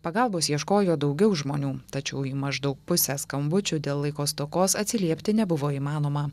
pagalbos ieškojo daugiau žmonių tačiau jų maždaug pusę skambučių dėl laiko stokos atsiliepti nebuvo įmanoma